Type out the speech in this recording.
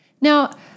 Now